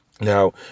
Now